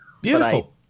beautiful